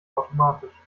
automatisch